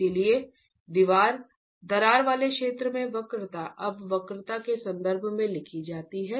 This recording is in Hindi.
इसलिए दरार वाले क्षेत्र में वक्रता अब वक्रता के संदर्भ में ही लिखी जाती है